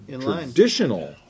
traditional